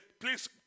Please